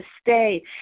stay